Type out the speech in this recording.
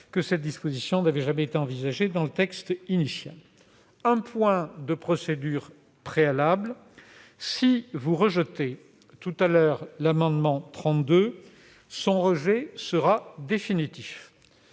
cette disposition n'avait jamais été envisagée dans le texte initial. Un point de procédure préalable : si vous rejetez tout à l'heure cet amendement n° 32, ce rejet sera définitif,